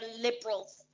liberals